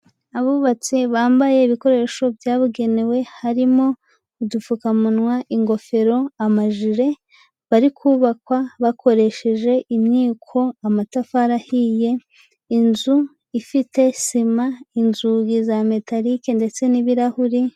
Abubatsi bambaye ibikoresho byabugenewe. Harimo udupfukamunwa, ingofero, amajire. Bari kubakwa bakoresheje imyiko, amatafari ahiye, inzu ifite sima, inzugi za metarike ndetse n'ibirahuri.